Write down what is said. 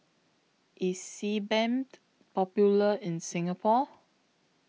IS Sebamed Popular in Singapore